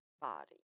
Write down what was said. body